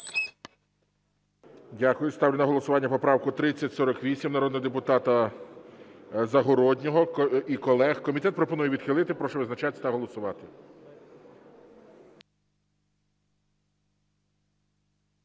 Дякую. Ставлю на голосування поправку 3048 народного депутата Загороднього і колег. Комітет пропонує відхилити. Прошу визначатися та голосувати.